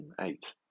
eight